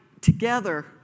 together